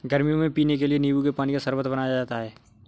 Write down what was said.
गर्मियों में पीने के लिए नींबू के पानी का शरबत बनाया जाता है